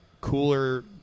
cooler